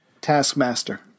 taskmaster